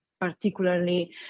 particularly